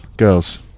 girls